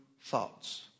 thoughts